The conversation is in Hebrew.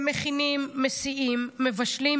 הם מכינים, מסיעים, מבשלים,